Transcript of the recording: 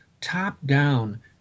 top-down